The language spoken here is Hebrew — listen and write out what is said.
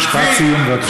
משפט סיום, בבקשה.